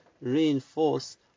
reinforce